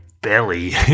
belly